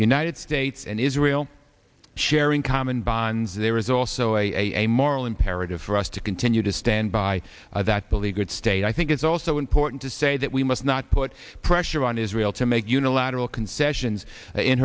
united states and israel sharing common bonds there is also a moral imperative for us to continue to stand by that beleaguered i think it's also important to say that we must not put pressure on israel to make unilateral concessions in